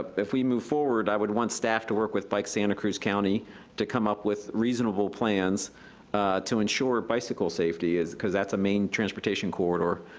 if we move forward i would want staff to work with bike santa cruz county to come up with reasonable plans to ensure bicycle safety, because that's a main transportation corridor.